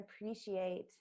appreciate